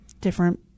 different